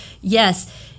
Yes